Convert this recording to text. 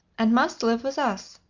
and must live with us.